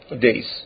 days